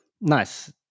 Nice